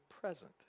present